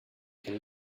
can